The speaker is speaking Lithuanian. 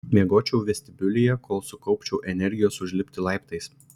miegočiau vestibiulyje kol sukaupčiau energijos užlipti laiptais